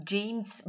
James